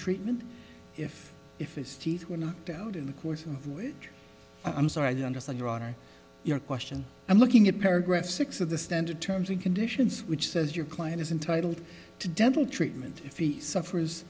treatment if if his teeth were knocked out in the course of which i'm sorry i don't understand your honor your question i'm looking at paragraph six of the standard terms and conditions which says your client is entitled to dental treatment if he suffers